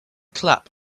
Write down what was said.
clap